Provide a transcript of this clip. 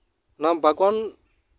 ᱚᱱᱟ ᱵᱟᱜᱽᱣᱟᱱ